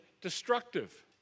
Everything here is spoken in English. destructive